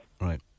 Right